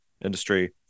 industry